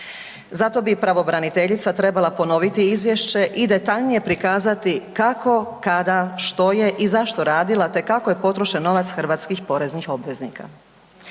Zato bi pravobraniteljica trebala ponoviti izvješće i detaljnije prikazati kako, kada, što je i zašto radila te kako je potrošen novac hrvatskih poreznih obveznika.